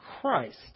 Christ